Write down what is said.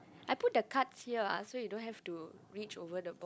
I put the cards here ah so you don't have to reach over the box